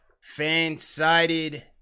fan-sided